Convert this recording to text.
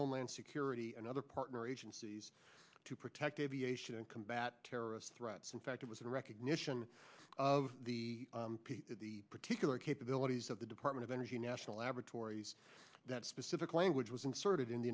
homeland security and other partner agencies to protect aviation and combat terrorist threats in fact it was a recognition of the particular capabilities of the department of energy national laboratories that specific language was inserted in